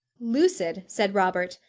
lucid! said robert.